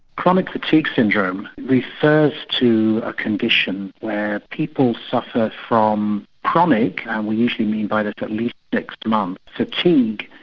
chronic fatigue syndrome refers to a condition where people suffer from chronic and we usually mean by that at least six months fatigue,